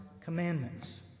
commandments